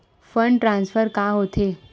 Fund transfer का होथे?